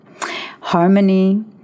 harmony